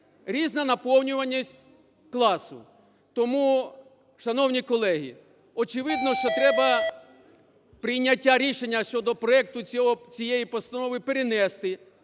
різна наповнюваність класу. Тому, шановні колеги, очевидно, що треба прийняття рішення щодо проекту цієї постанови перенести,